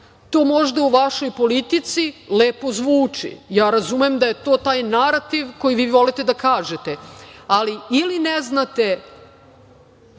To možda u vašoj politici lepo zvuči. Ja razumem da je to taj narativ koji vi volite da kažete. Ali, ili ne znate